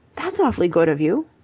that's awfully good of you.